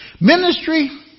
Ministry